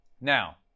Now